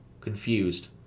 Confused